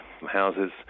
houses